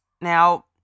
Now